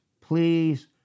please